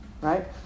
right